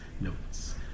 notes